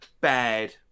bad